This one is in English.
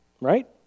right